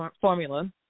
formula